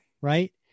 right